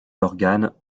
d’organes